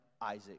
isaac